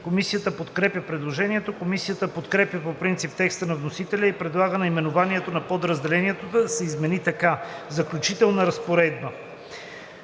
Комисията подкрепя предложението. Комисията подкрепя по принцип текста на вносителя и предлага наименованието на подразделението да се измени така: „Заключителна разпоредба“.